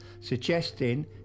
Suggesting